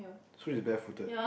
so it's barefooted